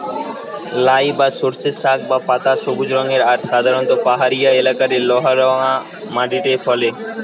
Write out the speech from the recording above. লাই বা সর্ষের শাক বা পাতা সবুজ রঙের আর সাধারণত পাহাড়িয়া এলাকারে লহা রওয়া মাটিরে ফলে